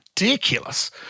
ridiculous